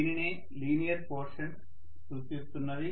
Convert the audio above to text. దీనినే linear portion సూచిస్తున్నది